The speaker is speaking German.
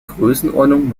größenordnung